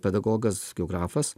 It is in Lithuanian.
pedagogas geografas